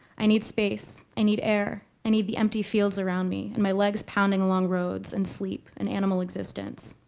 i need space. i need air. i need the empty fields around me, and my legs pounding along roads and sleep, an animal existence